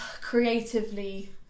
creatively